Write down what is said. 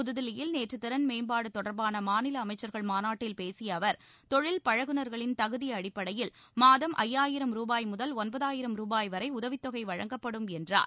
புதுதில்லியில் நேற்று திறன் மேம்பாடு தொடர்பான மாநில அமைச்சர்கள் மாநாட்டில் பேசிய அவர் தொழில் பழகுநர்களின் தகுதி அடிப்படையில் மாதம் ஐந்தாயிரம் ரூபாய் முதல் ஒன்பதாயிரம் ரூபாய் வரை உதவித் தொகை வழங்கப்படும் என்றார்